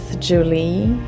Julie